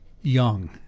young